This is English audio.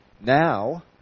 Now